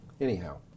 anyhow